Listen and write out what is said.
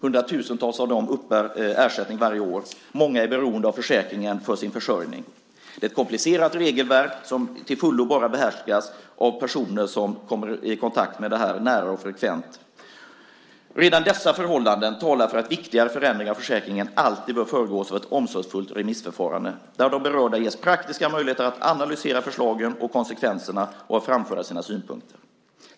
Hundratusentals av dem uppbär ersättning varje år. Många är beroende av försäkringen för sin försörjning. Det är ett komplicerat regelverk som till fullo behärskas bara av personer som nära och frekvent kommer i kontakt med det. Redan dessa förhållanden talar för att viktigare förändringar av försäkringen alltid bör föregås av ett omsorgsfullt remissförfarande. De berörda ska ges praktiska möjligheter att analysera förslagen och konsekvenserna och att framföra sina synpunkter.